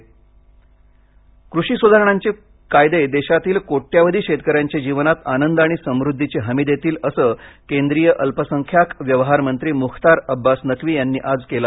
मख्तार अब्बास नक्वी कृषी सुधारणांचे कायदे देशातील कोट्यवधी शेतकऱ्यांच्या जीवनात आनंद आणि समृद्धीची हमी देतील असं केंद्रीय अल्पसंख्यक व्यवहार मंत्री मुख्तार अब्बास नक्वी यांनी आज सांगितले